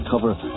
Cover